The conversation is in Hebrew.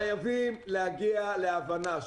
חייבים להגיע להבנה,